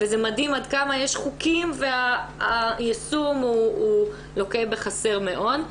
וזה מדהים עד כמה יש חוקים והיישום הוא לוקה בחסר מאוד.